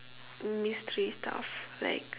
mystery stuff like